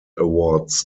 awards